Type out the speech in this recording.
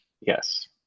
yes